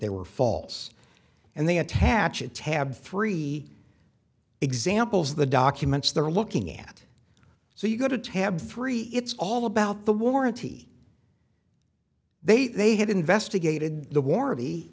they were false and they attach a tab three examples of the documents they're looking at so you go to tab three it's all about the warranty they they had investigated the warranty